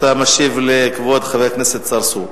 אתה משיב לכבוד חבר הכנסת צרצור.